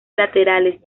laterales